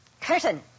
Curtain